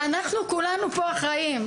ואנחנו כולנו פה אחראים,